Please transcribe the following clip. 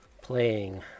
playing